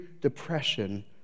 depression